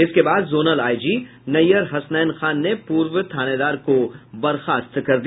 इसके बाद zonal IG Naiyar Hasnain Khan ने पूर्व थानेदार को बर्खास्त कर दिया